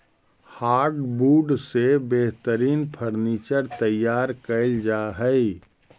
hardwood से बेहतरीन furniture तैयार कैल जा हइ